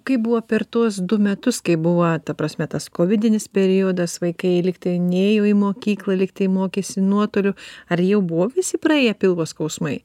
kaip buvo per tuos du metus kai buvo ta prasme tas kovidinis periodas vaikai lyg tai nėjo į mokyklą lyg tai mokėsi nuotoliu ar jau buvo visi praėję pilvo skausmai